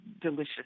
delicious